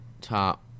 top